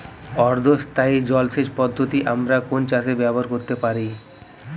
অর্ধ স্থায়ী জলসেচ পদ্ধতি আমরা কোন চাষে ব্যবহার করতে পারি?